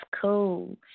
cool